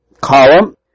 column